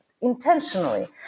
Intentionally